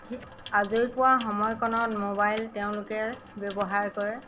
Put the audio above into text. সি আজৰি পোৱা সময়কণত মোবাইল তেওঁলোকে ব্যৱহাৰ কৰে